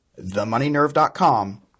themoneynerve.com